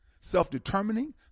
self-determining